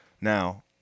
Now